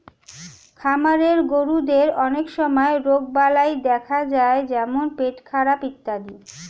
খামারের গরুদের অনেক সময় রোগবালাই দেখা যায় যেমন পেটখারাপ ইত্যাদি